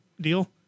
deal